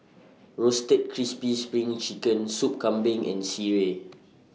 Roasted Crispy SPRING Chicken Sup Kambing and Sireh